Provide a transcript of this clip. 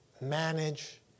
manage